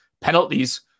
penalties